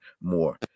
more